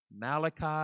Malachi